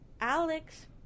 Alex